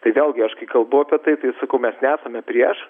tai vėlgi aš kalbu apie tai sakau mes esame prieš